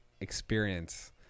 experience